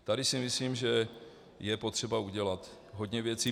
Tady si myslím, že je potřeba udělat hodně věcí.